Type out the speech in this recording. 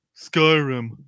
Skyrim